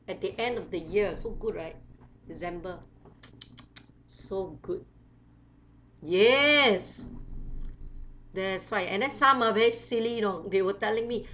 at the end of the year so good right december so good yes that's why and then some ah very silly you know they were telling me